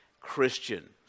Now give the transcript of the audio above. Christian